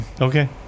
Okay